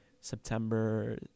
September